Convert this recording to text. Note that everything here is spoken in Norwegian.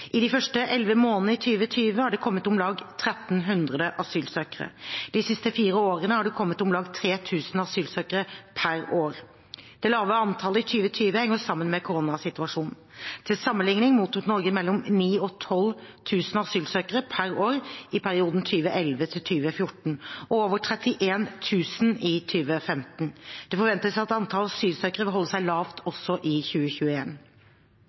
I de første elleve månedene i 2020 har det kommet om lag 1 300 asylsøkere. De siste fire årene har det kommet om lag 3 000 asylsøkere per år. Det lave antallet i 2020 henger sammen med koronasituasjonen. Til sammenligning mottok Norge mellom 9 000–12 000 asylsøkere per år i perioden 2011–2014 og over 31 000 i 2015. Det forventes at antall asylsøkere vil holde seg lavt også i